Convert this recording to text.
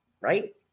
right